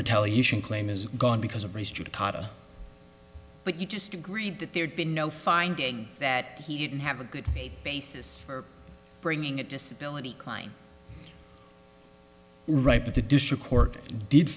retaliation claim is gone because of race judicata but you just agreed that there'd been no finding that he didn't have a good faith basis for bringing it disability klein right but the district court did